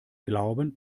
glauben